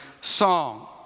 song